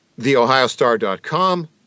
TheOhioStar.com